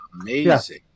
amazing